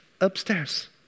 upstairs